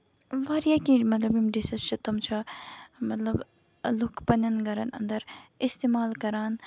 واریاہ کیٚنہہ مطلب یِم ڈِشز چھِ تِم چھِ مطلب لُکھ پَنٕنین گرن اَندر اِستعمال کران